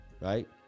right